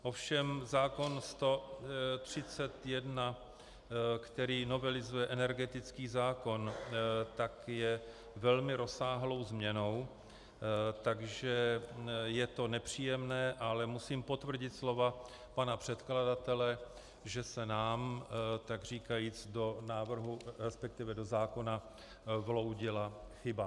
Ovšem zákon č. 131, který novelizuje energetický zákon, je velmi rozsáhlou změnou, takže je to nepříjemné, ale musím potvrdit slova pana předkladatele, že se nám takříkajíc do návrhu, respektive do zákona vloudila chyba.